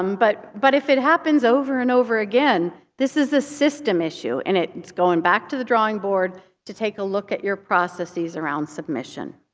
um but but if it happens over and over again, this is a system issue. and it's going back to the drawing board to take a look at your processes around submission.